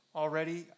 already